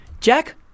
Jack